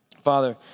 Father